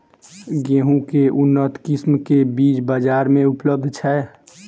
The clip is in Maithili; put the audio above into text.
गेंहूँ केँ के उन्नत किसिम केँ बीज बजार मे उपलब्ध छैय?